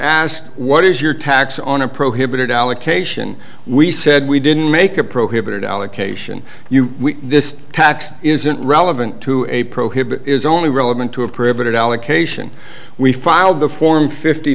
asked what is your tax on a prohibited allocation we said we didn't make a prohibited allocation you this tax isn't relevant to a prohibit is only relevant to a privet allocation we filed the form fifty